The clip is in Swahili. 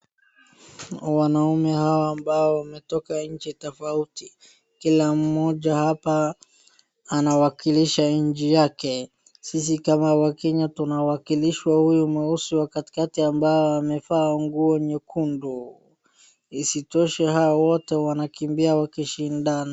Wanaume hawa ambao wametoka nchi tofauti. Kila mmoja hapa anawakilisha nchi yake. Sisi kama wakenya tunawakilishwa huyu mweusi wa katikati ambaye amevaa nguo nyekundu. Isitoshe hawa wote wanakimbia wakishindana.